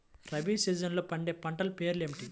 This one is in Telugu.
రబీ సీజన్లో పండే పంటల పేర్లు ఏమిటి?